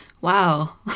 Wow